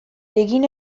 egin